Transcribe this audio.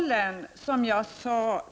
Herr talman!